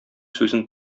сүзен